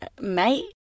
mate